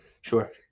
Sure